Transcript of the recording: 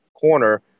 corner